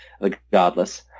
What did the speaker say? regardless